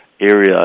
area